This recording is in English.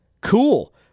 Cool